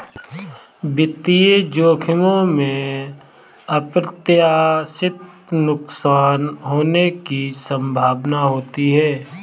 वित्तीय जोखिमों में अप्रत्याशित नुकसान होने की संभावना होती है